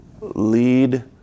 lead